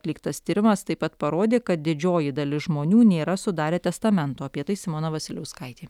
atliktas tyrimas taip pat parodė kad didžioji dalis žmonių nėra sudarę testamento apie tai simona vasiliauskaitė